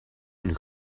een